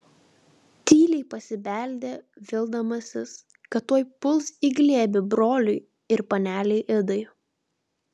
tyliai pasibeldė vildamasis kad tuoj puls į glėbį broliui ir panelei idai